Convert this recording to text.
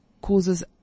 causes